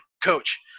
coach